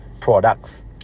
Products